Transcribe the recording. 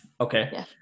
okay